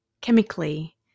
chemically